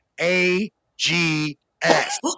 A-G-S